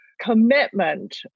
commitment